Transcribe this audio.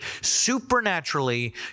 supernaturally